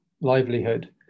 livelihood